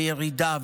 וירידה,